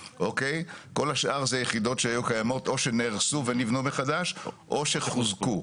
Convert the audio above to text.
כל השאר זה יחידות שהיו קיימות או שנהרסו ונבנו מחדש או שחוזקו.